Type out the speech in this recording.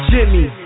Jimmy